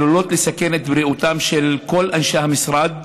עלולות לסכן את בריאותם של כל אנשי המשרד,